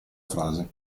frase